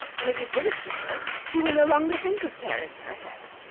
and if you give it to her she will no longer think of tearing her hair.